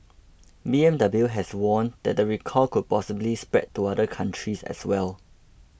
B M W has warned the recall could possibly spread to other countries as well